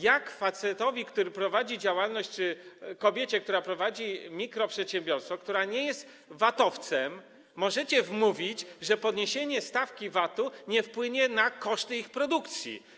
Jak facetowi, który prowadzi działalność, czy kobiecie, która prowadzi mikroprzedsiębiorstwo, która nie jest vatowcem, możecie wmawiać, że podniesienie stawki VAT-u nie wpłynie na koszty ich produkcji?